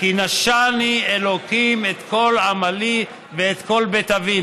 "כי נשׁני ה' את כל עמלי ואת כל בית אבי".